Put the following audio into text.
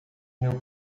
meu